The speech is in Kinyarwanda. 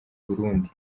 burundi